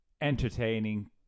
entertaining